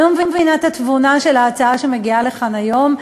אני לא מבינה את התבונה של ההצעה שמגיעה לכאן היום.